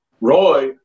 Roy